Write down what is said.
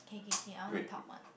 can can can all the top one